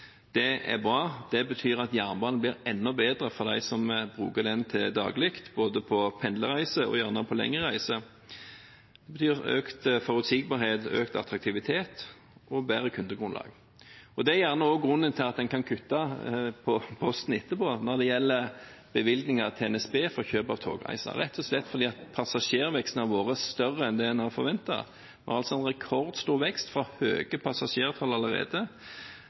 Det er bra. Det betyr at jernbanen blir enda bedre for dem som bruker den til daglig, til pendlerreiser og til lengre reiser. Det betyr økt forutsigbarhet, økt attraktivitet og bedre kundegrunnlag. Det er gjerne også grunnen til at en kan kutte i posten etterpå, når det gjelder bevilgninger til NSB for kjøp av togreiser – rett og slett fordi passasjerveksten har vært større enn det en har forventet, en rekordstor vekst i allerede høye passasjertall.